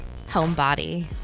homebody